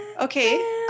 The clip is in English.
okay